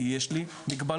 יש לי מגבלות.